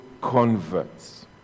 converts